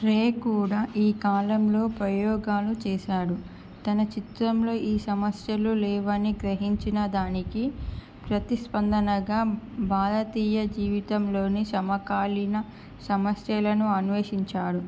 రే కూడా ఈ కాలంలో ప్రయోగాలు చేశాడు తన చిత్రంలో ఈ సమస్యలు లేవని గ్రహించినదానికి ప్రతిస్పందనగా భారతీయ జీవితంలోని సమకాలీన సమస్యలను అన్వేషించాడు